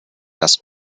das